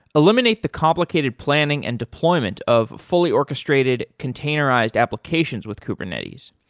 eliminate the complicated planning and deployment of fully orchestrated containerized applications with kubernetes.